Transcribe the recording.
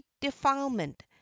defilement